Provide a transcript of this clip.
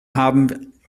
haben